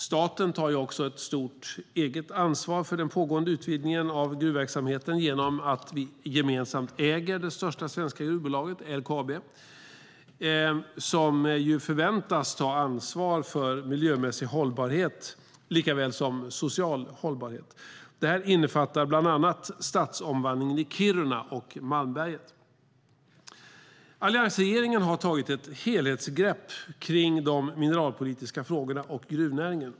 Staten tar också ett stort eget ansvar för den pågående utvidgningen av gruvverksamheten genom att vi gemensamt äger det största svenska gruvbolaget, LKAB, som förväntas ta ansvar för miljömässig hållbarhet likaväl som för social hållbarhet. Det här innefattar bland annat stadsomvandlingen i Kiruna och Malmberget. Alliansregeringen har tagit ett helhetsgrepp på de mineralpolitiska frågorna och gruvnäringen.